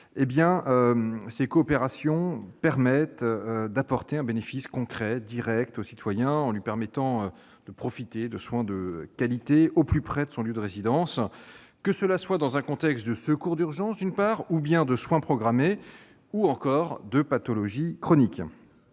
de santé visent à apporter un bénéfice concret et direct au citoyen, en lui permettant de profiter de soins de qualité au plus près de son lieu de résidence, que cela soit dans un contexte de secours d'urgence, de soins programmés ou encore de pathologies chroniques.